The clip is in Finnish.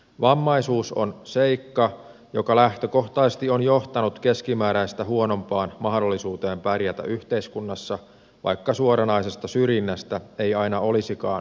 vammaisuus on seikka joka lähtökohtaisesti on johtanut keskimääräistä huonompaan mahdollisuuteen pärjätä yhteiskunnassa vaikka suoranaisesta syrjinnästä ei aina olisikaan kyse